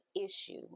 issue